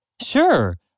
Sure